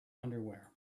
underwear